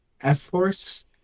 F-Force